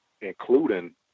including